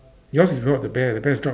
yours is without the bear the bear has dropped